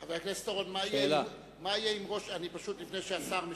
חבר הכנסת אורון, לפני שהשר משיב,